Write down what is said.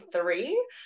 three